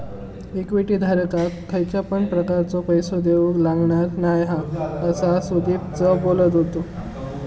equity धारकाक खयच्या पण प्रकारचो पैसो देऊक लागणार नाय हा, असा सुदीपच बोललो